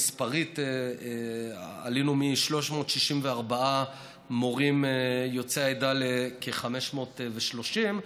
מספרית עלינו מ-364 מורים יוצאי העדה לכ-530,